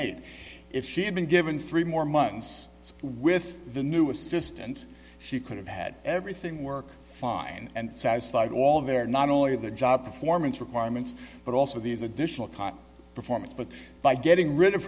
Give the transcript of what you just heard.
name if she had been given three more months with the new assistant she could have had everything work fine and satisfied all there not only the job performance requirements but also these additional caught performance but by getting rid of